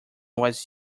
was